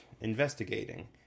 investigating